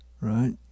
right